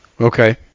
Okay